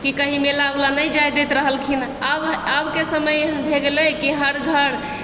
की कहीं मेला उला नहि जाय दैत रहलखिन आबके समयमे एहन भए गेलै की हर घर